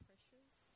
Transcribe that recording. Pressures